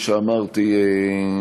כפי שאמרתי,